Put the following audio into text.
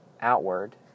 outward